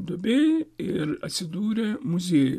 duobėj ir atsidūrė muziejuj